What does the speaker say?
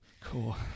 cool